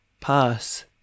Pass